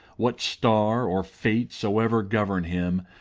what star or fate soever govern him,